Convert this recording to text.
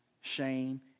Shame